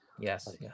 Yes